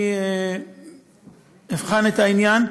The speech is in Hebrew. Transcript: אני אבחן את העניין.